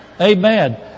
Amen